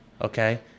okay